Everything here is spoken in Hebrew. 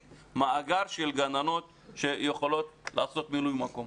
מאגר של גננות שיכולות לעשות מילוי מקום.